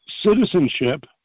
citizenship